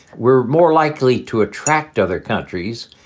we're more likely to attract other countries.